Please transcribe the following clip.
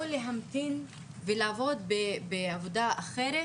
או להמתין ולעבוד בעבודה אחרת,